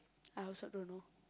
I also don't know